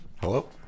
Hello